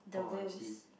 the whales